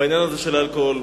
בעניין הזה של אלכוהול.